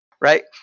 right